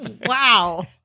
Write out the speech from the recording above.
Wow